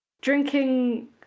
Drinking